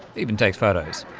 even takes photos.